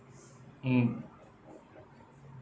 mm